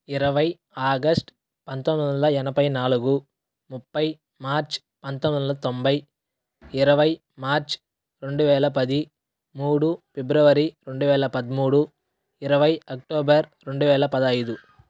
ఇరవై ఆగస్ట్ పంతొమ్మిదొందల ఎనభై నాలుగు ముప్పై మార్చ్ పంతొమ్మిదొందల తొంభై ఇరవై మార్చ్ రెండు వేల పది మూడు పిబ్రవరి రెండు వేల పద్మూడు ఇరవై అక్టోబర్ రెండు వేల పదైదు